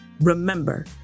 Remember